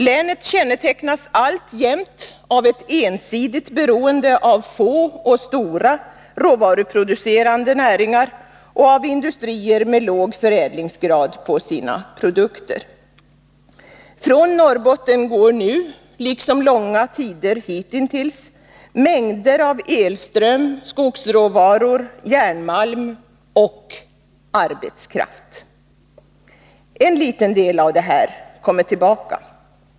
Länet kännetecknas alltjämt av ett ensidigt beroende av få och stora råvaruproducerande näringar och av industrier med låg förädlingsgrad på sina produkter. Från Norrbotten går nu, liksom i långa tider hitintills, mängder av elström, skogsråvaror, järnmalm och arbetskraft. En liten del av detta kommer tillbaka.